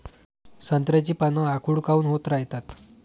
संत्र्याची पान आखूड काऊन होत रायतात?